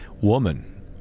woman